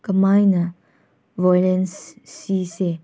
ꯀꯃꯥꯏꯅ ꯁꯤꯁꯦ